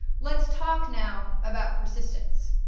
let's talk now, about persistence.